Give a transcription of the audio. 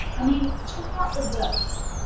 i mean, check out the verbs.